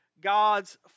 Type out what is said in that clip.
God's